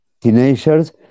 teenagers